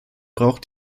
braucht